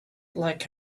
like